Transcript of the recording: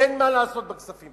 אין מה לעשות בכספים,